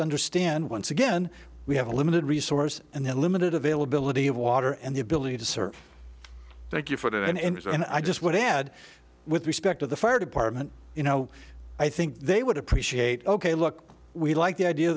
to understand once again we have a limited resource and the limited availability of water and the ability to serve thank you for that and i just want to add with respect to the fire department you know i think they would appreciate ok look we like the idea